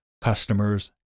customers